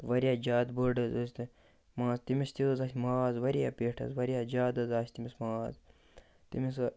واریاہ زیادٕ بٔڑ حظ ٲسۍ تہٕ ماز تٔمِس تہِ حظ آسہِ ماز واریاہ پٮ۪ٹھ حظ واریاہ زیادٕ حظ آسہِ تٔمِس ماز تٔمِسہٕ